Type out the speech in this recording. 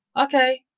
okay